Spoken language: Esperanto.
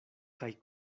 kaj